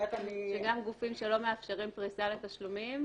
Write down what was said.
שגם גופים שלא מאפשרים פריסה לתשלומים